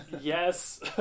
yes